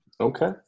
Okay